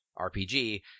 RPG